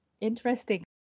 interesting